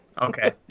Okay